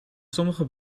sommige